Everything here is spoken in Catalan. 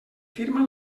firma